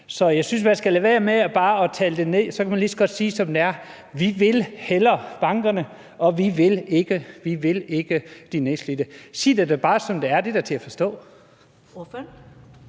Så jeg synes, at man skal lade være med bare at tale det ned, og så kan man lige så godt sige det, som det er: Vi vil hellere bankerne, og vi vil ikke de nedslidte. Sig det da bare, som det er, det er da til at forstå.